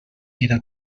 era